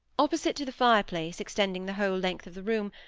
opposite to the fire-place, extending the whole length of the room,